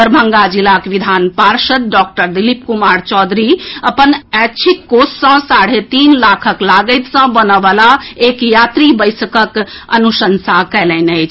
दरभंगा जिलाक विधान पार्षद डॉक्टर दिलीप कुमार चौधरी अपन ऐच्छिक कोष सँ साढ़े तीन लाखक लागति सँ बनएवला एक यात्री बैसकक अनुशंसा कयलनि अछि